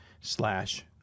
slash